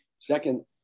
Second